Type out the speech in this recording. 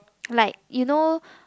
like you know